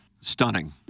stunning